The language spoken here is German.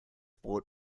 brot